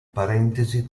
parentesi